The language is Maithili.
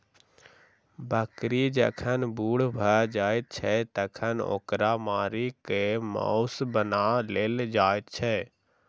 बकरी जखन बूढ़ भ जाइत छै तखन ओकरा मारि क मौस बना लेल जाइत छै